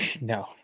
No